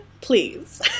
please